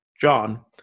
John